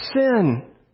sin